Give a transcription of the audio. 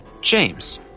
james